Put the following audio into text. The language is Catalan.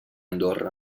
andorra